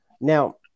Now